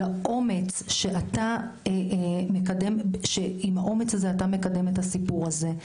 על האומץ, שעם האומץ הזה אתה מקדם את הסיפור הזה.